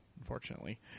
unfortunately